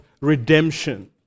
redemption